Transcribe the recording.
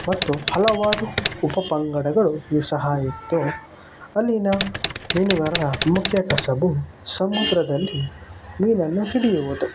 ಮತ್ತು ಹಲವಾರು ಉಪಪಂಗಡಗಳು ಉ ಸಹ ಇತ್ತು ಅಲ್ಲಿನ ಮೀನುಗಾರರ ಮುಕ್ಯ ಕಸುಬು ಸಮುದ್ರದಲ್ಲಿ ಮೀನನ್ನ ಹಿಡಿಯುವುದು